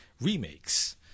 remakes